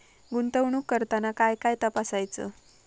गुंतवणूक करताना काय काय तपासायच?